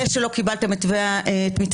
זה שלא קיבלתם את מתווה הנשיא,